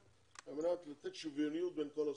על מנת לתת שוויוניות בין כל הסטודנטים.